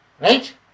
Right